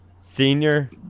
senior